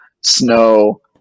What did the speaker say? snow